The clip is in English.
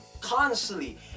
constantly